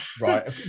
Right